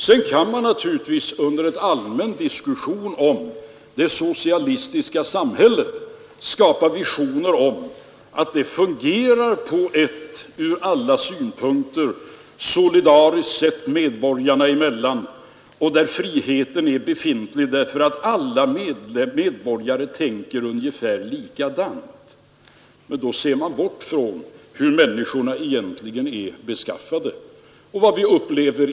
Man kan naturligtvis under en allmän diskussion om det socialistiska samhället skapa visioner av att det fungerar på ett ur alla synpunkter solidariskt sätt medborgarna emellan och att friheten är befintlig därför att alla medborgare tänker ungefär likadant. Då bortser man från hur människorna egentligen är beskaffade.